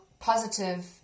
positive